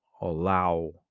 allow